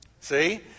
See